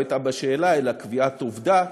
לא הייתה בה שאלה אלא קביעת עובדה: